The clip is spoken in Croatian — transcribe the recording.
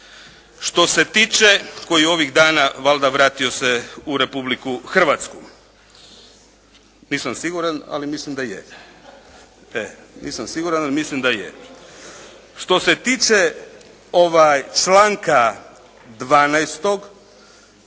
Što se tiče, koji ovih dana valjda vratio se u Republiku Hrvatsku, nisam siguran, ali mislim da je. Što se tiče članka 12.,